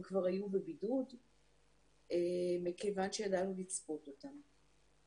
הם כבר היו בבידוד מכיוון שידענו לצפות אותם.